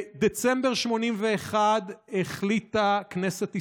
בדצמבר 1981 החליטה כנסת ישראל,